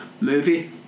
movie